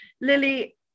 Lily